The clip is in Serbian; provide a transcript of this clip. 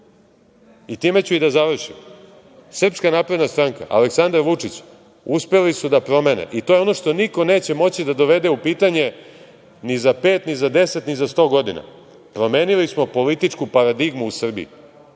i time ću i da završim. Srpska napredna stranka, Aleksandra Vučića, uspeli su da promene i to je ono što niko neće moći da dovede u pitanje ni za pet ni za 10, ni za 100 godina. Promenili smo političku paradigmu u Srbiji